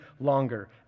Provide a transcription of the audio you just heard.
longer